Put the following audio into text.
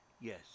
Yes